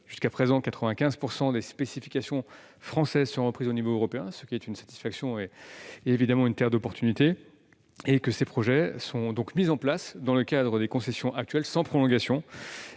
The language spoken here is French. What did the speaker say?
Jusqu'à présent, 95 % des spécifications françaises sont reprises à l'échelon européen, ce qui est une satisfaction ; nous sommes face à une « terre d'opportunités ». Ces projets sont mis en place dans le cadre des concessions actuelles, sans prolongation.